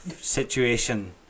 situation